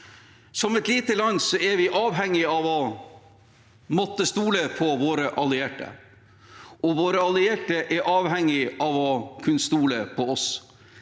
Som et lite land er vi avhengig av å måtte stole på våre allierte, og våre allierte er avhengig av å kunne stole på oss.